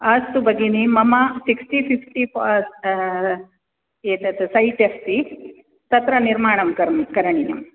अस्तु भगिनी मम सिक्स्टि फि़फ्टि फो़र् एतत् सैट् अस्ति तत्र निर्माणं करणीयम्